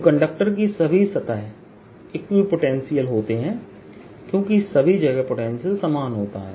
तो कंडक्टर की सभी सतह इक्विपोटेंशियल होते हैं क्योंकि सभी जगह पोटेंशियल समान होता है